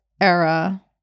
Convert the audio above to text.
era